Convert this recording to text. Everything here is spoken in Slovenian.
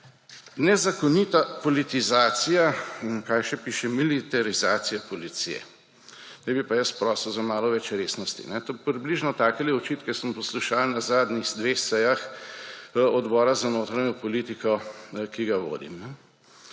Nezakonita politizacija in … Kaj še piše? Militarizacija policije. Zdaj bi pa jaz prosil za malo več resnosti. Približno takele očitke smo poslušali na zadnjih dveh sejah Odbora za notranjo politiko, ki ga vodim.